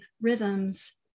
rhythms